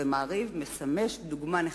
ו"מעריב" משמש דוגמה נחרצת.